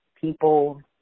People